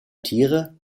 tiere